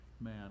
man